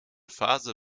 phase